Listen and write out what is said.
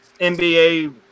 NBA